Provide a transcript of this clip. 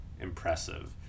impressive